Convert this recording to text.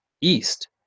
east